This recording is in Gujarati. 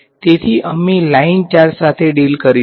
તેથી અમે લાઇન ચાર્જ સાથે ડીલ કરીશું